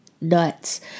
nuts